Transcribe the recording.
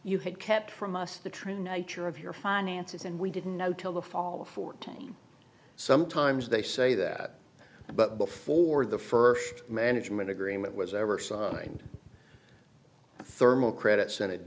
you had kept from us the true nature of your finances and we didn't know till the fall of fourteen sometimes they say that but before the first management agreement was ever signed thermal credits senate